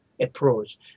approach